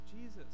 Jesus